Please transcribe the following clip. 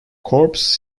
corps